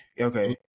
okay